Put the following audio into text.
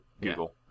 Google